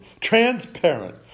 transparent